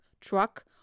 truck